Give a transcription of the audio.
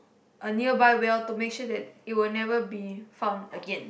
a nearby well to make sure that it would never be found again